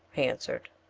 he answered.